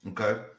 Okay